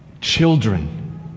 children